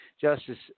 Justice